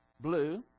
blue